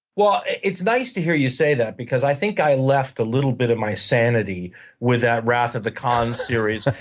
it's nice to hear you say that because i think i left a little bit of my sanity with that wrath of the khan series.